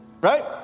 right